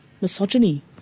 misogyny